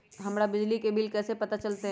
हमर बिजली के बिल कैसे पता चलतै?